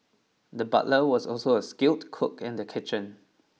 the butcher was also a skilled cook in the kitchen